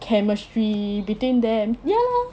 chemistry between them